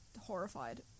horrified